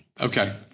Okay